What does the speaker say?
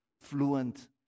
fluent